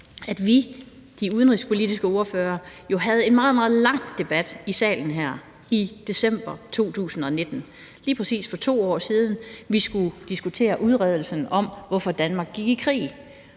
at vi, de udenrigspolitiske ordførere, jo havde en meget, meget lang debat her i salen i december 2019, lige præcis for 2 år siden. Vi skulle diskutere udredningen om, hvorfor Danmark gik i krig.